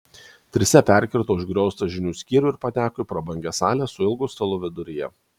trise perkirto užgrioztą žinių skyrių ir pateko į prabangią salę su ilgu stalu viduryje